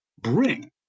bring